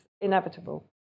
inevitable